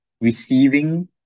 receiving